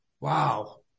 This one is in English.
Wow